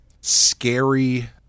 scary